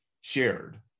shared